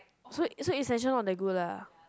so so Essential not that good lah